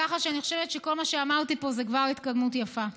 ככה שאני חושבת שכל מה שאמרתי פה זה כבר התקדמות יפה.